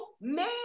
man